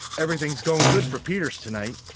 everything going good for peters tonight.